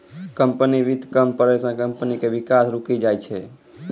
company वित्त कम पड़ै से कम्पनी के विकास रुकी जाय छै